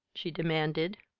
she demanded.